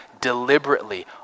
deliberately